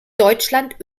deutschland